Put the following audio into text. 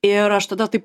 ir aš tada taip